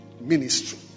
ministry